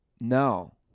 no